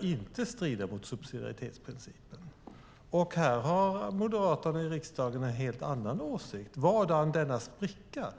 inte strider mot subsidiaritetsprincipen, men här har moderaterna i riksdagen en helt annan åsikt. Vadan denna spricka?